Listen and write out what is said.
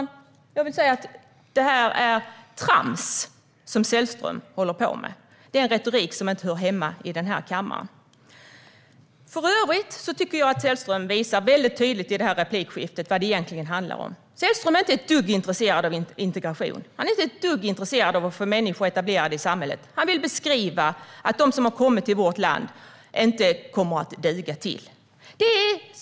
Jag vill säga att det är trams som Sällström håller på med. Det är en retorik som inte hör hemma i den här kammaren. För övrigt tycker jag att Sällström visar väldigt tydligt i det här replikskiftet vad det egentligen handlar om. Sällström är inte ett dugg intresserad av integration. Han är inte ett dugg intresserad av att få människor etablerade i samhället. Han vill beskriva att de som har kommit till vårt land inte kommer att duga till något.